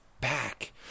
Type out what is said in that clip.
back